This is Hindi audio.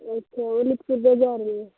अच्छा वलीदपुर बाजार में है